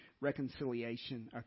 reconciliation